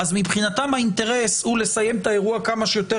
אז מבחינתם האינטרס הוא לסיים את האירוע כמה שיותר